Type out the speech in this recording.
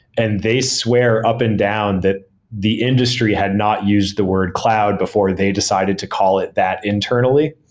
and they swear up and down that the industry had not used the word cloud before they decided to call it that internally.